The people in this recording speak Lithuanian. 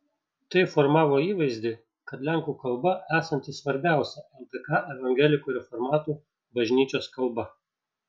tai formavo įvaizdį kad lenkų kalba esanti svarbiausia ldk evangelikų reformatų bažnyčios kalba